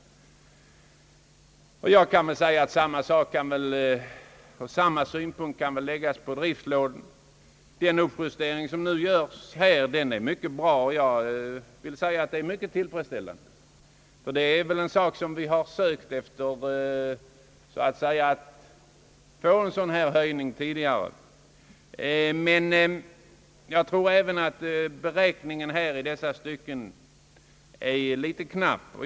Samma synpunkter kan läggas på driftlånen. Den uppjustering som nu görs är bra, och det beslutet tycker jag är mycket tillfredsställande. Vi har tidigare försökt få en sådan höjning, och jag tror alltjämt att beräkningen i dessa stycken är knapp.